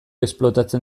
esplotatzen